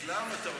אז למה אתה עולה?